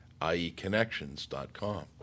ieconnections.com